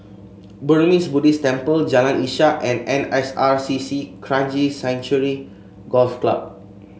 Burmese Buddhist Temple Jalan Ishak and N S R C C Kranji Sanctuary Golf Club